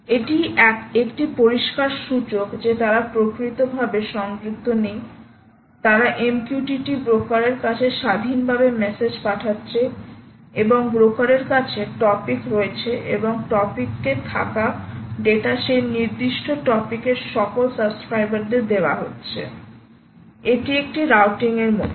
এটি একটি পরিষ্কার সূচক যে তারা প্রকৃতভাবে সংযুক্ত নেই তারা MQTT ব্রোকারের কাছে স্বাধীনভাবে মেসেজ পাঠাচ্ছে এবং ব্রোকারের কাছে টপিক রয়েছে এবং টপিকে থাকা ডেটা সেই নির্দিষ্ট টপিক এর সকল সাবস্ক্রাইবারদের দেওয়া হচ্ছে এটি একটি রাউটিংয় এর মতো